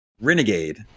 Renegade